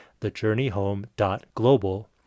thejourneyhome.global